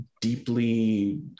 deeply